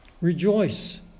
Rejoice